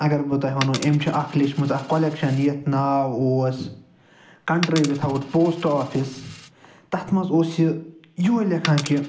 اگر بہٕ تۄہہِ وَنو أمۍ چھےٚ اکھ لیٚچھمٕژ اکھ کۄلیٚکشَن یتھ ناو اوس کَنٹری وِداَوُٹ پوسٹ آفِس تتھ مَنٛز اوس یہِ یِہوٚے لیٚکھان کہ